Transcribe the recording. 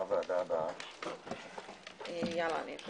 הישיבה ננעלה בשעה 11:26.